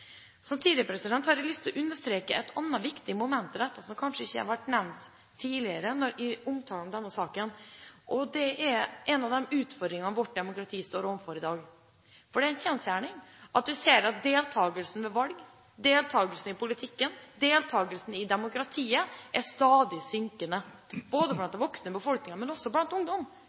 som kanskje ikke har vært nevnt tidligere i omtale av denne saken, og det er en av utfordringene vårt demokrati står overfor i dag. Det er en kjensgjerning at deltagelse ved valg, deltagelse i politikken – deltagelsen i demokratiet – er stadig synkende, både i den voksne befolkningen og blant ungdom.